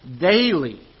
daily